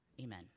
Amen